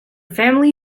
family